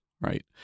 right